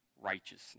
righteousness